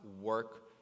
work